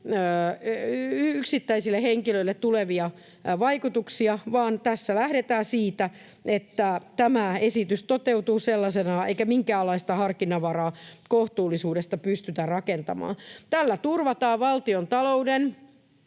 yksittäisille henkilöille tulevia vaikutuksia, vaan tässä lähdetään siitä, että tämä esitys toteutuu sellaisenaan eikä minkäänlaista harkinnanvaraa kohtuullisuudesta pystytä rakentamaan. Tällä turvataan valtiontalouden